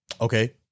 Okay